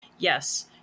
Yes